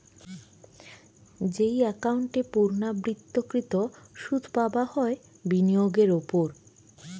যেই একাউন্ট এ পূর্ণ্যাবৃত্তকৃত সুধ পাবা হয় বিনিয়োগের ওপর